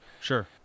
sure